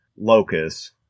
locus